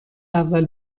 اول